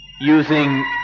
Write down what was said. using